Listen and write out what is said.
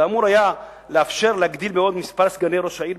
ואמור היה לאפשר להגדיל עוד את מספר סגני ראש עיר,